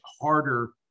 harder